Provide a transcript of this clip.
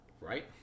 Right